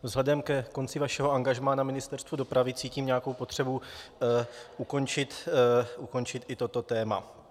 Vzhledem ke konci vašeho angažmá na Ministerstvu dopravy cítím nějakou potřebu ukončit i toto téma.